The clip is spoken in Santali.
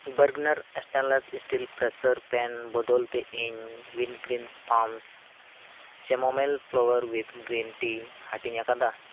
ᱵᱟᱨᱜᱽᱱᱟᱨ stainless steel pressure pan ᱵᱚᱫᱚᱞᱛᱮ ᱤᱧ Wingreens farms chamomile flowers with green tea ᱦᱟᱹᱴᱤᱧ ᱟᱠᱟᱫᱟ